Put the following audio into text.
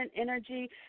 energy